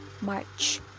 march